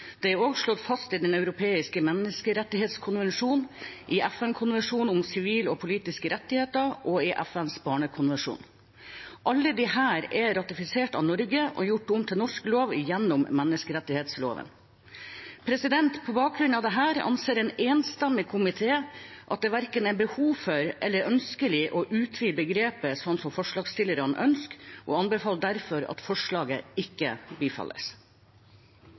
Det er også slått fast i Den europeiske menneskerettskonvensjonen, i FN-konvensjonen om sivile og politiske rettigheter og i FNs barnekonvensjon. Alle disse er ratifisert av Norge og gjort til norsk lov gjennom menneskerettighetsloven. På bakgrunn av dette anser en enstemmig komité at det verken er behov for eller ønskelig å utvide begrepet slik forslagsstillerne ønsker, og anbefaler derfor at forslaget ikke bifalles.